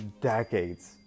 decades